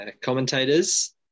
Commentators